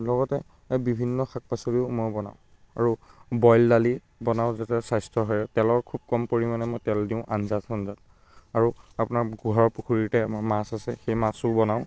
লগতে বিভিন্ন শাক পাচলিও মই বনাওঁ আৰু বইল দালি বনাওঁ যাতে স্বাস্থ্য হয় তেলৰ খুব কম পৰিমাণে মই তেল দিওঁ আঞ্জা চাঞ্জাত আৰু আপোনাৰ ঘৰৰ পুখুৰীতে আমাৰ মাছ আছে সেই মাছো বনাওঁ